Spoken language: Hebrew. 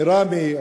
מראמה,